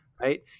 right